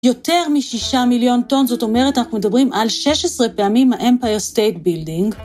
יותר משישה מיליון טון, זאת אומרת אנחנו מדברים על 16 פעמים האמפייר סטייט בילדינג.